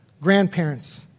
grandparents